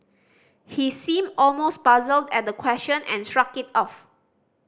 he seemed almost puzzled at the question and shrugged it off